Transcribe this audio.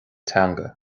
teanga